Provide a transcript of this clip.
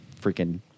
freaking